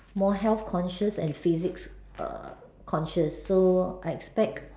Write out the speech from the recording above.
more health conscious and physics err conscious so I expect